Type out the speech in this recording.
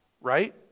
right